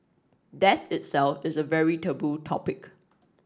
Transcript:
death itself is a very taboo topic